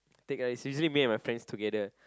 take ice usually me and my friends together